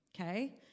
okay